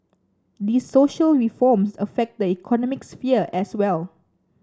these social reforms affect the economic sphere as well